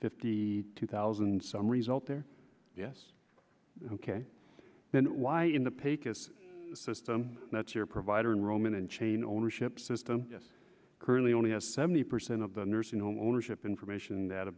fifty two thousand some result there yes ok then why in the pecos system that's your provider and roman and chain ownership system currently only has seventy percent of the nursing home ownership information that a